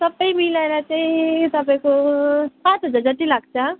सबै मिलाएर चाहिँ तपाईँको पाँच हजार जति लाग्छ